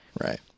Right